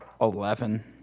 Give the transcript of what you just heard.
Eleven